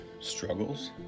struggles